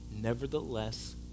nevertheless